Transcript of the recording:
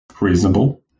Reasonable